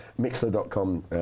Mixler.com